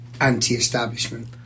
anti-establishment